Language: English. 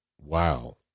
wow